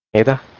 if